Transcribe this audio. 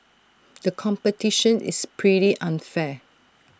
the competition is pretty unfair